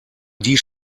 die